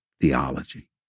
theology